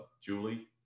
Julie